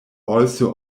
also